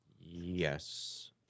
Yes